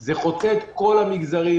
זה חוצה את כל המגזרים.